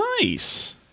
Nice